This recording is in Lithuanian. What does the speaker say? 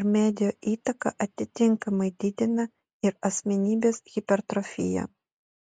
ir medijų įtaka atitinkamai didina ir asmenybės hipertrofiją